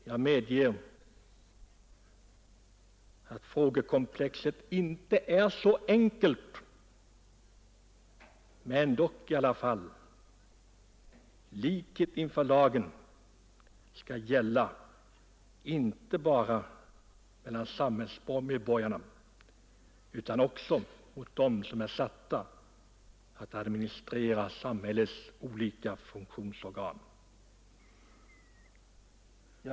Jag medger gärna att frågekomplexet inte är så enkelt, men likhet inför lagen skall inte bara gälla för samhällsmedborgarna utan också för dem som är satta att administrera samhällets olika funktionsorgan.